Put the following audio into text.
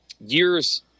years